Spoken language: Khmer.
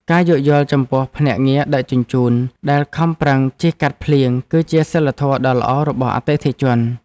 ការយោគយល់ចំពោះភ្នាក់ងារដឹកជញ្ជូនដែលខំប្រឹងជិះកាត់ភ្លៀង គឺជាសីលធម៌ដ៏ល្អរបស់អតិថិជន។